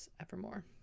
evermore